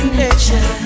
nature